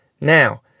Now